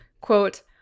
Quote